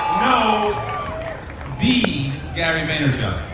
know the gary vaynerchuk?